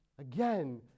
again